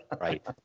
right